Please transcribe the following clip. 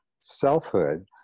selfhood